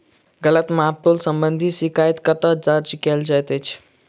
गलत माप तोल संबंधी शिकायत कतह दर्ज कैल जाइत अछि?